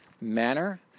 manner